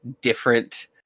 different